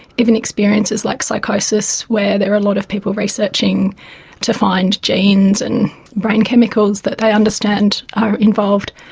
even experiences like psychosis where there are a lot of people researching to find genes and brain chemicals that they understand are involved.